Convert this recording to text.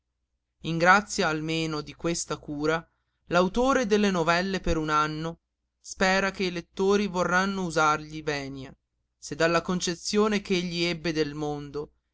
grazia almeno di questa cura l'autore delle novelle per un anno spera che i lettori vorranno usargli venia se dalla concezione ch'egli ebbe del mondo